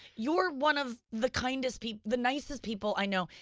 you're one of the kindest people, the nicest people i know.